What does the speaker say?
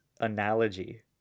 analogy